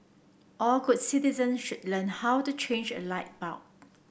all good citizen should learn how to change a light bulb